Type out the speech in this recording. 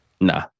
Nah